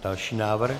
Další návrh.